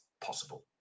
possible